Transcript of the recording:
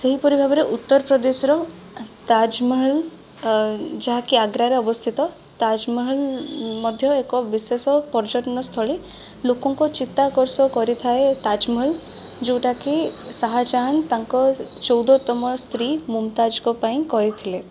ସେହିପରି ଭାବରେ ଉତ୍ତରପ୍ରଦେଶର ତାଜମହଲ ଯାହାକି ଆଗ୍ରାରେ ଅବସ୍ଥିତ ତାଜମହଲ ମଧ୍ୟ ଏକ ବିଶେଷ ପର୍ଯ୍ୟଟନସ୍ଥଳୀ ଲୋକଙ୍କ ଚିତ୍ତାକର୍ଷ କରିଥାଏ ତାଜମହଲ ଯେଉଁଟା କି ଶାହାଜାହାନ ତାଙ୍କ ଚଉଦତମ ସ୍ତ୍ରୀ ମୁମତାଜଙ୍କ ପାଇଁ କରିଥିଲେ